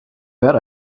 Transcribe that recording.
bet